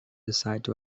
decide